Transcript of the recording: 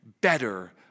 better